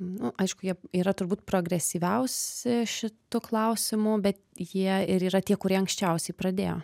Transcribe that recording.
nu aišku jie yra turbūt progresyviausi šitu klausimu bet jie ir yra tie kurie anksčiausiai pradėjo